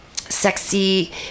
sexy